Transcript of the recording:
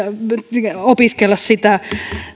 opiskella